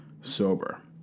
sober